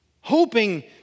hoping